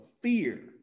fear